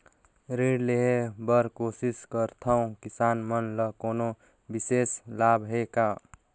ऋण लेहे बर कोशिश करथवं, किसान मन ल कोनो विशेष लाभ हे का?